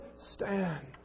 stand